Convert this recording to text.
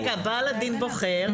בעל הדין בוחר,